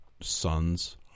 sons